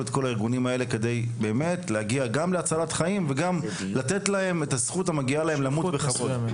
כדי גם להגיע להצלת חיים וגם לתת להם את הזכות שמגיעה להם למות בכבוד.